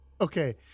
okay